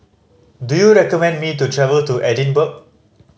do you recommend me to travel to Edinburgh